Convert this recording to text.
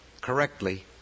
correctly